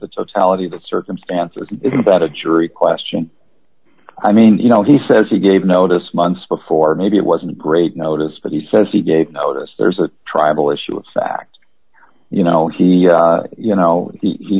of the circumstances it's about a jury question i mean you know he says he gave notice months before maybe it wasn't great notice but he says he gave notice there's a tribal issue of fact you know he you know he